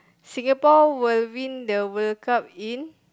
Singapore will win the World-Cup in